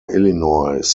illinois